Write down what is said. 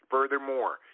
Furthermore